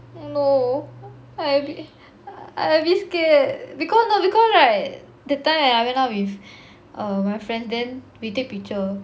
oh no I a bit I a bit scared because no because right that time when I went out with err my friend then we take picture